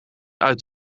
uit